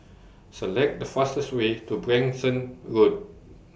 Select The fastest Way to Branksome Road